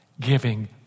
giving